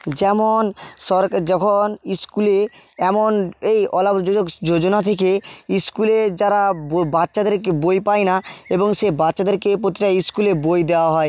যেমন সরকার যখন স্কুলে এমন এই অলাভজনক যোজনা থেকে স্কুলে যারা বাচ্চাদের বই পায় না এবং সে বাচ্চাদেরকে প্রতিটা স্কুলে বই দেওয়া হয়